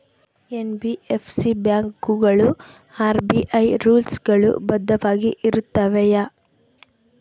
NBFC ಬ್ಯಾಂಕುಗಳು RBI rules ಗಳು ಬದ್ಧವಾಗಿ ಇರುತ್ತವೆಯ?